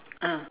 ah